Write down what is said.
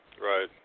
right